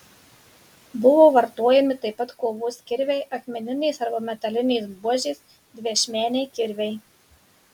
buvo vartojami taip pat kovos kirviai akmeninės arba metalinės buožės dviašmeniai kirviai